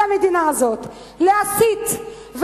להסית,